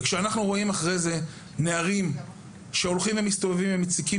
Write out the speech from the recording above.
שאנחנו רואים נערים שהולכים ומציקים